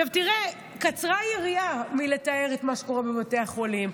קצרה היריעה מלתאר את מה שקורה בבתי החולים,